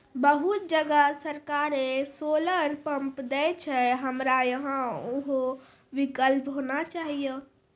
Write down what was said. बहुत जगह सरकारे सोलर पम्प देय छैय, हमरा यहाँ उहो विकल्प होना चाहिए?